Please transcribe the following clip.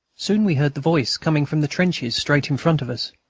soon we heard the voice coming from the trenches straight in front of us.